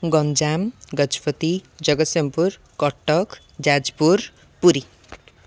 Ganjam Gajapati Jagatsinghpur Cuttack Jajpur Puri